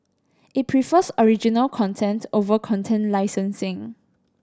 it prefers original content over content licensing